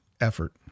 effort